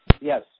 Yes